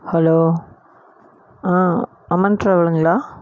hello ஆ அம்மன் டிராவ்ல்ங்களா